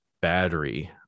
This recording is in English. battery